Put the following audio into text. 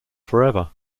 forever